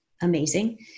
amazing